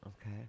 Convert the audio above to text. Okay